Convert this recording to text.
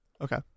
Okay